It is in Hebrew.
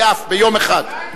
ביעף, ביום אחד.